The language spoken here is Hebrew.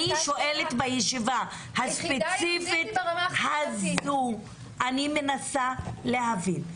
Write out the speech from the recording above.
בישיבה הספציפית הזו אני מנסה להבין.